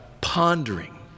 pondering